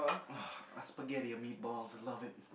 ugh spaghetti and meatballs I love it